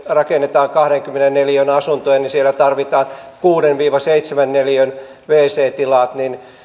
rakennetaan kahdenkymmenen neliön asuntoja niin siellä tarvitaan kuuden viiva seitsemän neliön wc tilat